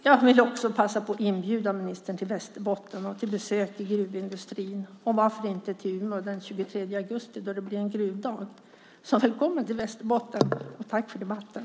Jag vill också passa på att inbjuda ministern till Västerbotten och till besök i gruvindustrin. Varför inte komma till Umeå den 23 augusti, då det blir en gruvdag? Välkommen till Västerbotten, och tack för debatten!